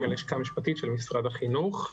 אני מהלשכה המשפטית של משרד החינוך.